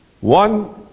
One